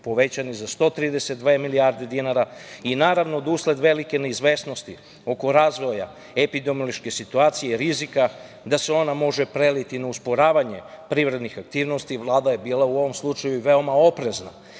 povećani za 132 milijarde dinara. Naravno da usled velike neizvesnosti oko razvoja epidemiološke situacije i rizika da se ona može preliti na usporavanje privrednih aktivnosti, Vlada je bila u ovoj slučaju veoma oprezna. Pored